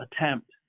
attempt